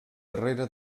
darrere